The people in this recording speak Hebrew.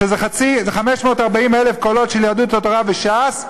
שזה 540,000 קולות של יהדות התורה וש"ס,